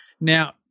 Now